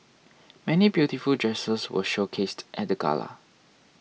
many beautiful dresses were showcased at the gala